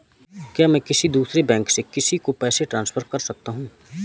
क्या मैं किसी दूसरे बैंक से किसी को पैसे ट्रांसफर कर सकता हूँ?